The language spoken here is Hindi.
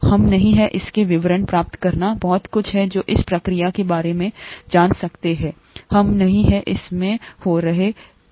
हम नहीँ हे इसका विवरण प्राप्त करना बहुत कुछ है जो इस प्रक्रिया के बारे में जान सकता है हम नहीं हैं इस में हो रही है